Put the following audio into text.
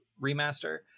remaster